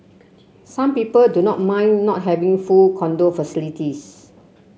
some people do not mind not having full condo facilities